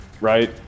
right